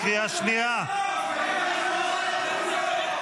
צא החוצה.